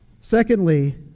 Secondly